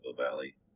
Valley